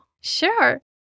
Sure